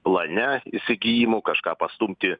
plane įsigijimų kažką pastumti